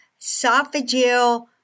Esophageal